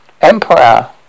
Emperor